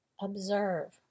Observe